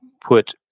put